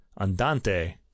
andante